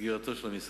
סגירתו של המשרד.